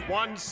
one